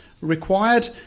required